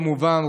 כמובן,